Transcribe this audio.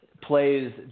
plays